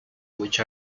which